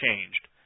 changed